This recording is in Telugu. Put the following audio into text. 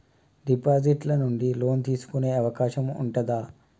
డిపాజిట్ ల నుండి లోన్ తీసుకునే అవకాశం ఉంటదా?